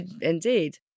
indeed